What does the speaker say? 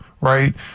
right